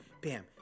bam